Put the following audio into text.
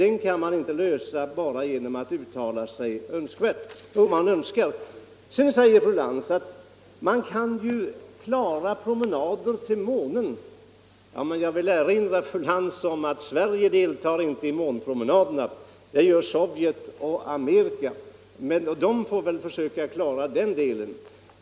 Den kan man inte förändra bara genom att önska. Sedan säger fru Lantz att med den nuvarande tekniska utvecklingen kan man klara promenader på månen. Jag vill erinra fru Lantz om att Sverige inte deltar i månpromenaderna, utan det gör bara Sovjet och Amerika och de får väl försöka lösa sina problem.